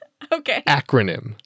Acronym